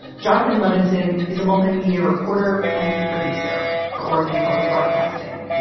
jonathan levinson is a multimedia reporter and producer for oregon public broadcasting.